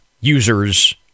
users